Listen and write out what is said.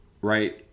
right